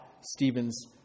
Stephen's